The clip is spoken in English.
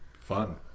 Fun